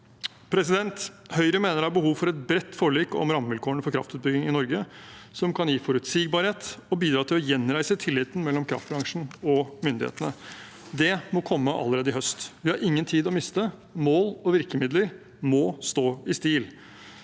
frem. Høyre mener det er behov for et bredt forlik om rammevilkårene for kraftutbygging i Norge som kan gi forutsigbarhet og bidra til å gjenreise tilliten mellom kraftbransjen og myndighetene. Det må komme allerede i høst. Vi har ingen tid å miste – mål og virkemidler må stå i stil